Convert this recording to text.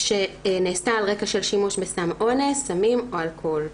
שנעשתה על רקע שימוש בסם אונס, סמים או אלכוהול.